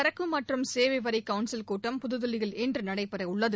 சரக்கு மற்றும் சேவை வரி கவுள்சில் கூட்டம் புது தில்லியில் இன்று நடைபெற உள்ளது